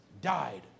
died